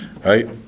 Right